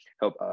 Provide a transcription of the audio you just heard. help